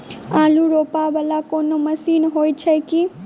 आलु रोपा वला कोनो मशीन हो छैय की?